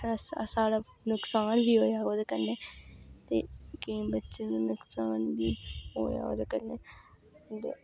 की साढ़ा नुक्सान बी होआ् ओह्दे कन्नै ते केईं बच्चें दा नुक्सान बी होआ ओह्दे कन्नै ते